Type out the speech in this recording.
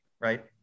right